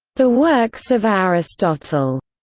the works of aristotle.